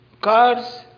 cars